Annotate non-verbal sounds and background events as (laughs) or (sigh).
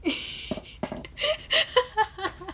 (laughs)